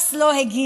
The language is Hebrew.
"הפקס לא הגיע"?